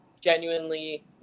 genuinely